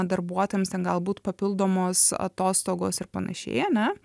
darbuotojams ten galbūt papildomos atostogos ir panašiai ane